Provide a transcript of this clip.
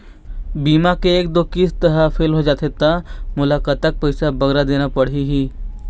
बीमा के एक दो किस्त हा फेल होथे जा थे ता मोला कतक पैसा बगरा देना पड़ही ही?